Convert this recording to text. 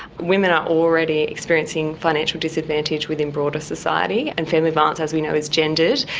women are already experiencing financial disadvantage within broader society, and family violence, as we know, is gendered.